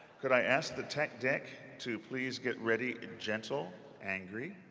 could i ask the tech deck to please get ready and gentle angry?